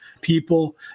people